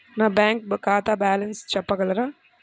నా బ్యాంక్ ఖాతా బ్యాలెన్స్ చెప్పగలరా?